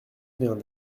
vient